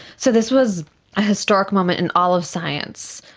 so this was a historic moment in all of science.